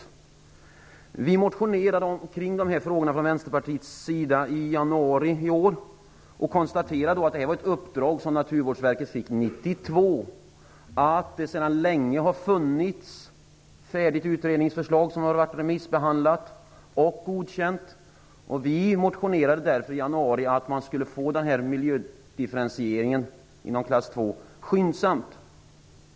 Från Vänsterpartiets sida motionerade vi om dessa frågor i januari i år. Vi konstaterade att detta var ett uppdrag som Naturvårdsverket fick 1992 och att det sedan länge har funnits ett färdigt utredningsförslag som har remissbehandlats och godkänts. Vi motionerade därför i januari om att man skulle få denna miljödifferentiering inom klass 2 skyndsamt.